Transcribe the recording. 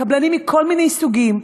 קבלנים מכל מיני סוגים,